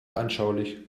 anschaulich